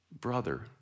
brother